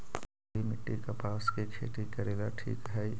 काली मिट्टी, कपास के खेती करेला ठिक हइ?